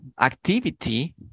activity